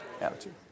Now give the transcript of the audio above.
Attitude